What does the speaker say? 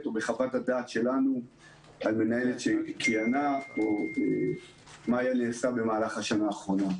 או בחוות הדעת שלנו על מנהלת שכיהנה או מה נעשה במהלך השנה האחרונה.